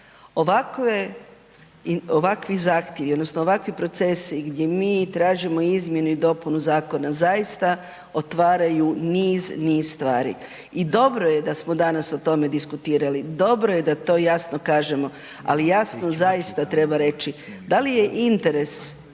ovakve, ovakvi zahtjevi odnosno ovakvi procesi gdje mi tražimo izmjenu i dopunu zakona zaista otvaraju niz, niz stvari. I dobro je da smo danas o tome diskutirali, dobro je da to jasno kažemo, ali jasno zaista treba reći, da li je interes